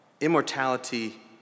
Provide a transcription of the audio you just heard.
immortality